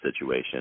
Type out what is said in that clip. situation